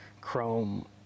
chrome